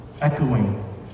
Echoing